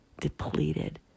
depleted